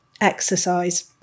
exercise